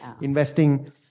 Investing